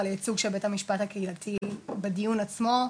ולייצוג של בית המשפט הקהילתי בדיון עצמו,